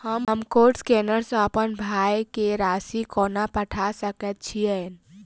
हम code scanner सँ अप्पन भाय केँ राशि कोना पठा सकैत छियैन?